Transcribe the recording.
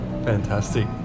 Fantastic